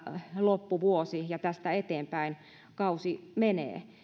loppuvuosi ja kausi tästä eteenpäin menee